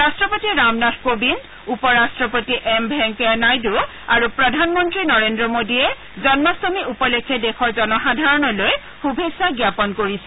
ৰাট্টপতি ৰামনাথ কোবিন্দ উপ ৰাট্টপতি এম ভেংকায়া নাইডুআৰু প্ৰধানমন্ত্ৰী নৰেন্দ্ৰ মোদীয়ে জন্মাষ্টমী উপলক্ষে দেশৰ জনসাধাৰণলৈ শুভেচ্ছা জ্ঞাপন কৰিছে